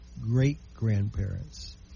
great-grandparents